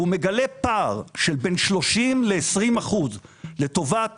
והוא מגלה פער של בין 30% ל-20% לטובת